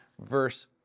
verse